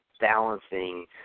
balancing